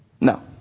No